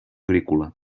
agrícola